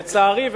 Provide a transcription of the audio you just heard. לצערי,